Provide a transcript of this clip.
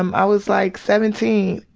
um i was like seventeen,